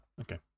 okay